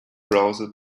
browser